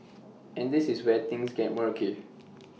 and this is where things gets murky